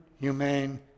humane